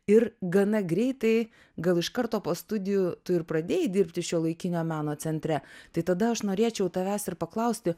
ir gana greitai gal iš karto po studijų tu ir pradėjai dirbti šiuolaikinio meno centre tai tada aš norėčiau tavęs ir paklausti